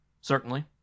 Certainly